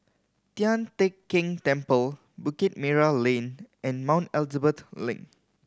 Tian Teck Keng Temple Bukit Merah Lane and Mount Elizabeth Link